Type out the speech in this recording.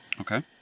okay